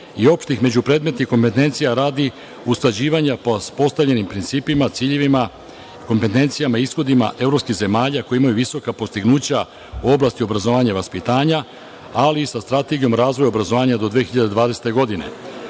i opštih međupredmetnih kompentencija radi usklađivanja postavljenih principa, ciljeva, kompentencija, ishodima evropskih zemalja koje imaju visoka postignuća u oblasti obrazovanja i vaspitanja, ali i sa Strategijom razvoja do 2020. godine,